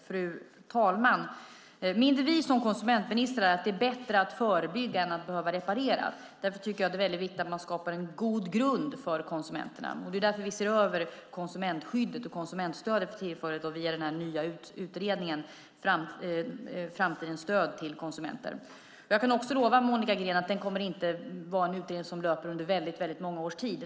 Fru talman! Min devis som konsumentminister är att det är bättre att förebygga än att behöva reparera. Därför tycker jag att det är viktigt att man skapar en god grund för konsumenterna. Det är därför vi ser över konsumentskyddet och konsumentstödet för tillfället via den nya utredningen Framtidens stöd till konsumenter . Jag kan också lova Monica Green att det inte kommer att vara en utredning som löper under många års tid.